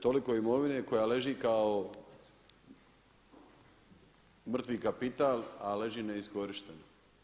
Toliko je imovine koja leži kao mrtvi kapital a leži neiskorištena.